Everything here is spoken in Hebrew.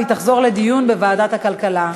והיא תעבור לדיון בוועדת העבודה,